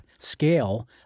Scale